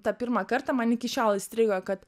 tą pirmą kartą man iki šiol įstrigo kad